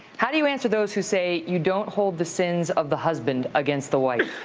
how do you answer those who say you don't hold the sins of the husband against the wife?